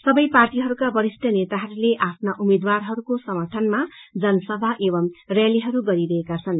सबै पार्टीहरूका वरिष्ठ नेताहरूले आफ्ना उम्मेदवारहरूको समर्थनमा जनसभा एवं च्यालीहरू गरिरहेछन्